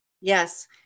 Yes